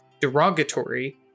derogatory